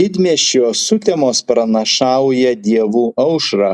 didmiesčio sutemos pranašauja dievų aušrą